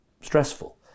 stressful